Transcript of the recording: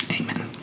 amen